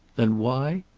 then why?